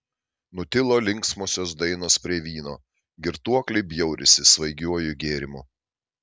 nutilo linksmosios dainos prie vyno girtuokliai bjaurisi svaigiuoju gėrimu